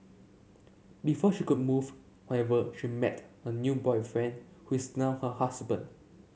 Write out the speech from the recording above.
before she could move however she met her new boyfriend who is now her husband